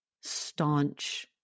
staunch